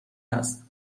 است